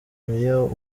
mayor